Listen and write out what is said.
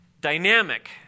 dynamic